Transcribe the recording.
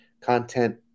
content